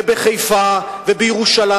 ובחיפה ובירושלים,